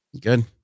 Good